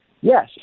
yes